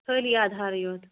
خٲلی آدھارٕے یوت